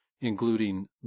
including